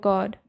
God